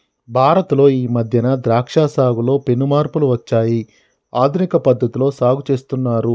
భారత్ లో ఈ మధ్యన ద్రాక్ష సాగులో పెను మార్పులు వచ్చాయి ఆధునిక పద్ధతిలో సాగు చేస్తున్నారు